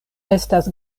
estas